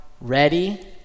Ready